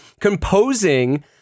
composing